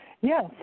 Yes